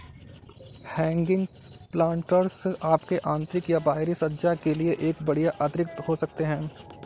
hanging planters आपके आंतरिक या बाहरी सज्जा के लिए एक बढ़िया अतिरिक्त हो सकते है